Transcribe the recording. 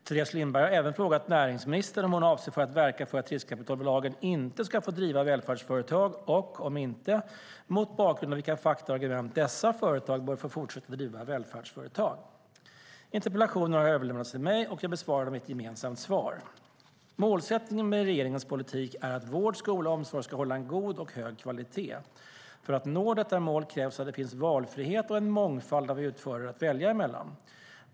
Teres Lindberg har även frågat näringsministern om hon avser att verka för att riskkapitalbolagen inte ska få driva välfärdsföretag och, om inte, mot bakgrund av vilka fakta och argument dessa företag bör få fortsätta driva välfärdsföretag. Interpellationerna har överlämnats till mig. Jag besvarar dem i ett gemensamt svar. Målsättningen med regeringens politik är att vård, skola och omsorg ska hålla en god och hög kvalitet. För att nå detta mål krävs att det finns valfrihet och en mångfald av utförare att välja mellan.